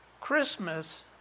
Christmas